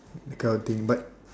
that kind of thing but